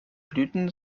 blüten